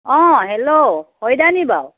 অঁ হেল্ল' হৰি দা নি বাৰু